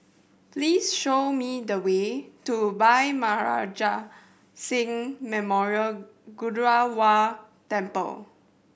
please show me the way to Bhai Maharaj Singh Memorial Gurdwara Temple